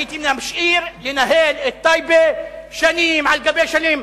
הייתי ממשיך לנהל את טייבה שנים על גבי שנים.